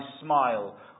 smile